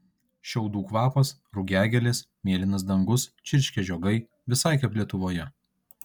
šiaudų kvapas rugiagėlės mėlynas dangus čirškia žiogai visai kaip lietuvoje